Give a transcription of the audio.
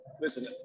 listen